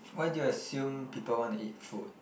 why do you assume people want to eat food